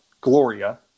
Gloria